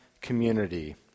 community